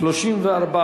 1 נתקבל.